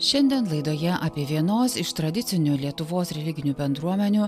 šiandien laidoje apie vienos iš tradicinių lietuvos religinių bendruomenių